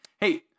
Hey